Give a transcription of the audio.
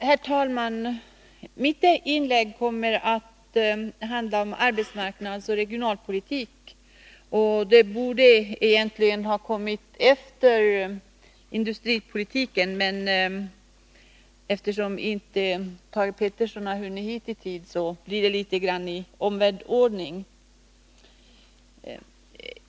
Herr talman! Mitt anförande, som kommer att handla om arbetsmarknadsoch regionalpolitik, borde egentligen ha hållits efter debatten om industripolitiken. Att jag ändå håller det nu beror på att Thage Peterson inte har hunnit hit.